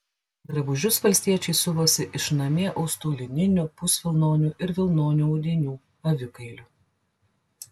drabužius valstiečiai siuvosi iš namie austų lininių pusvilnonių ir vilnonių audinių avikailių